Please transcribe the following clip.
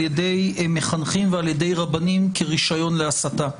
ידי מחנכים ועל ידי רבנים כרשיון להסתה.